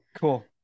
cool